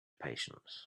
patience